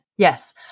Yes